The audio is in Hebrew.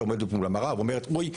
עומדת מול המראה ואומרת "אוי,